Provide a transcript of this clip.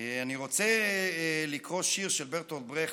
אני רוצה לקרוא שיר של ברטולד ברכט